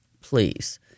please